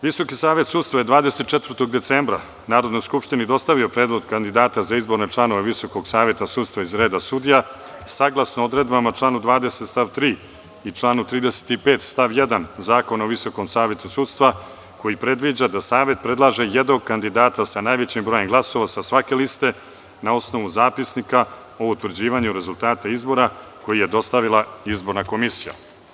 Visoki savet sudstva je 24. decembra Narodnoj skupštini dostavio predlog kandidata za izborne članove Visokog saveta sudstva iz reda sudija, saglasno odredbama člana 20. stav 3. i člana 35. stav 1. Zakona o Visokom savetu sudstva, koji predviđa da Savet predlaže jednog kandidata sa najvećim brojem glasova sa svake liste, na osnovu zapisnika o utvrđivanju rezultata izbora koji je dostavila izborna komisija.